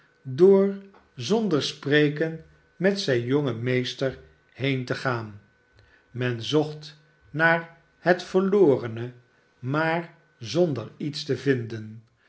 door zonder spreken met zijn jongen meester heen te gaan men zocht naar het verlorene maar zonder iets te vinden